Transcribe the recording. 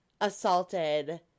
assaulted